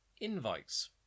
invites